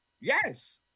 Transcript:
yes